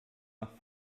nach